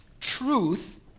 Truth